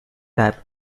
type